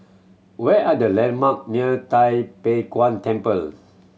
where are the landmark near Tai Pei Yuen Temple